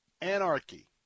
anarchy